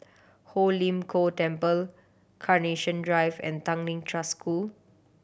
Ho Lim Kong Temple Carnation Drive and Tanglin Trust School